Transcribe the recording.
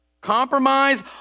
Compromise